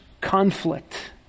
conflict